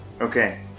Okay